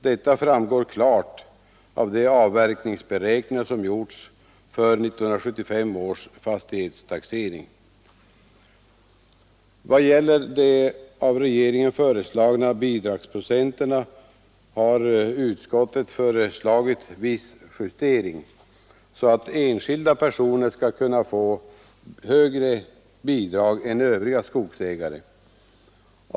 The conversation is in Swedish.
Detta framgår klart av de avverkningsberäkningar som gjorts för 1975 års fastighetstaxering. I vad gäller de av regeringen föreslagna bidragsprocenten har utskottet föreslagit viss justering så att enskilda personer skall kunna få högre bidrag än övriga skogsägare.